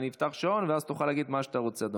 אני אפתח שעון ואז תוכל להגיד מה שאתה רוצה,